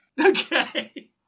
Okay